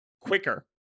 quicker